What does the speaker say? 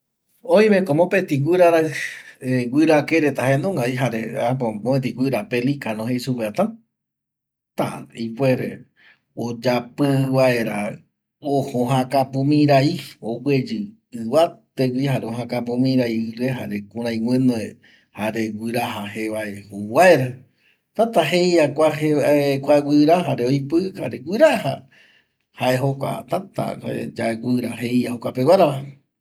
Oimeko mopeti guirarai jare guirake reta jaenungavi mopeti guira pelicano jei supeva täta ipuere oyapi vaera ojo ojakapumi rai ogueyi ivategui jare ojakapumirai ipe jare kurai guinoe jare guiraja jevae jou vaera, täta jeia kua guira jare oipi jare guiraja jae jokua täta jeia kua guira jokua peguara